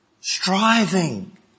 striving